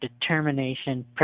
determination